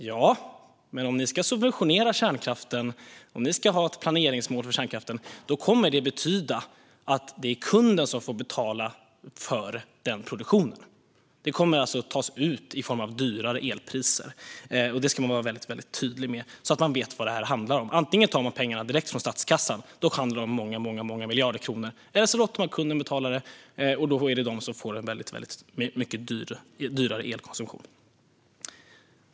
Ja, men om ni ska subventionera kärnkraften och ha ett planeringsmål för kärnkraften kommer det att betyda att det är kunden som får betala för den produktionen. Det kommer att tas ut i form av dyrare elpriser. Det ska man vara väldigt tydlig med så att man vet vad det handlar om. Antingen tar man pengarna direkt från statskassan - och då handlar det om många miljarder kronor - eller så låter man kunderna betala det, och då är det de som får en mycket dyrare elkonsumtion.